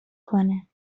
کنه